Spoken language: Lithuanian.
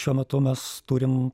šiuo metu mes turim